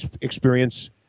experience